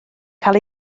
cael